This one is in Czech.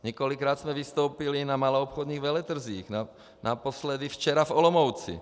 Několikrát jsme vystoupili na maloobchodních veletrzích, naposledy včera v Olomouci.